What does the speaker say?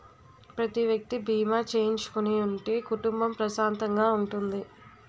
ప్రతి వ్యక్తి బీమా చేయించుకుని ఉంటే కుటుంబం ప్రశాంతంగా ఉంటుంది